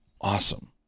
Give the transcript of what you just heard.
Awesome